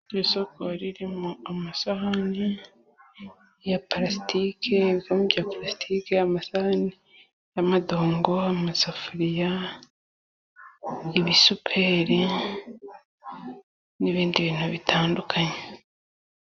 Isoko ririmo amasahani ya parasitike, ibikombe bya parasitike, amasahani y'amadongo, amasafuriya, ibisuperi, n'ibindi bintu bitandukanye.